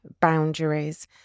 boundaries